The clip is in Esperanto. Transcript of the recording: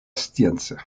science